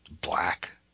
Black